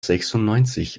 sechsundneunzig